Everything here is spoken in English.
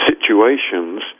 situations